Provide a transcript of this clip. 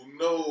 no